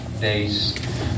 day's